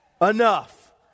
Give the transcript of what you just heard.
enough